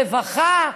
רווחה?